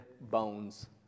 bones